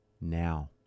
now